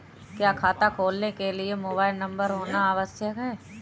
क्या खाता खोलने के लिए मोबाइल नंबर होना आवश्यक है?